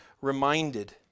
reminded